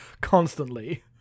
constantly